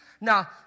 Now